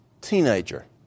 teenager